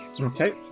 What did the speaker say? okay